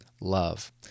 love